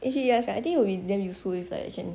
actually yes ah I think it will be damn useful if like you can